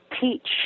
teach